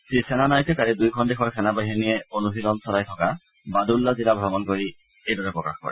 শ্ৰীসেনা নায়কে কালি দুয়োখন দেশৰ সেনা বাহিনীয়ে অনুশীলন চলাই থকা বাদুল্লা জিলা অমণ কৰি এইদৰে প্ৰকাশ কৰে